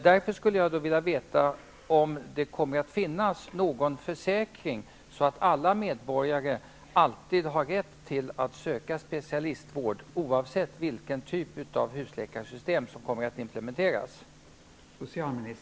Därför skulle jag vilja veta om det kommer att finnas någon försäkring, så att alla medborgare alltid kommer att ha rätt till att söka specialistvård, oavsett vilken typ av husläkarsystem som kommer att implementeras.